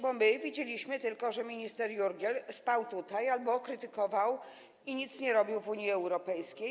Bo my widzieliśmy tylko, że minister Jurgiel spał tutaj albo krytykował i nic nie robił w Unii Europejskiej.